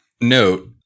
note